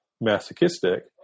masochistic